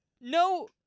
no